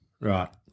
Right